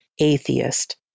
atheist